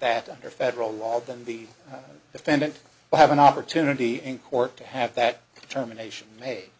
that under federal law than the defendant will have an opportunity in court to have that determination made